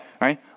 right